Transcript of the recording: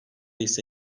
ise